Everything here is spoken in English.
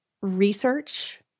research